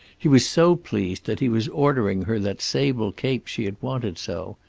he was so pleased that he was ordering her that sable cape she had wanted so.